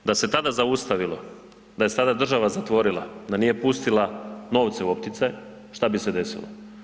Da se tada zaustavilo, da je se tada država zatvorila, da nije pustila novce u opticaj šta bi se desilo?